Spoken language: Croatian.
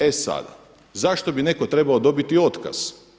E sada, zašto bi netko trebao dobiti otkaz?